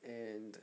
and